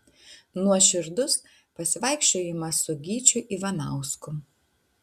nuoširdus pasivaikščiojimas su gyčiu ivanausku